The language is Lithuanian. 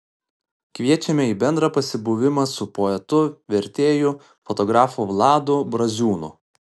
kviečiame į bendrą pasibuvimą su poetu vertėju fotografu vladu braziūnu